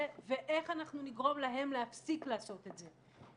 ואיך אנחנו נגרום להם להפסיק לעשות את זה.